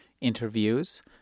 interviews